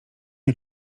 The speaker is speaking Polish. nie